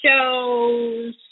shows